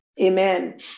Amen